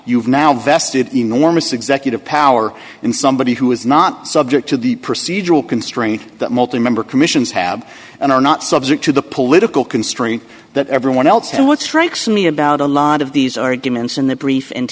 you've now vested enormous executive power in somebody who is not subject to the procedural constraints that multi member commissions have and are not subject to the political constraints that everyone else and what strikes me about a lot of these arguments in the brief and